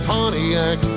Pontiac